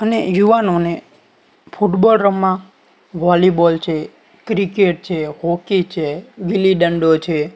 અને યુવાનોને ફૂટબોલ રમવા વોલીબોલ છે ક્રિકેટ છે હોકી છે ગીલી ડંડો છે